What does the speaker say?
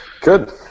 Good